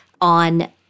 on